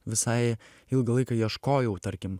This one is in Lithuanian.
visai ilgą laiką ieškojau tarkim